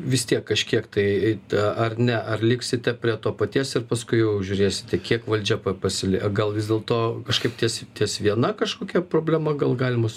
vis tiek kažkiek kai ta ar ne ar liksite prie to paties ir paskui jau žiūrėsite kiek valdžia pa pasi pasilie gal vis dėlto kažkaip ties ties ties viena kažkokia problema gal galima